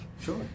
Sure